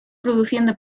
produciendo